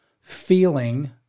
feeling